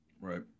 right